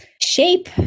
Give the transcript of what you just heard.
shape